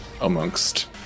amongst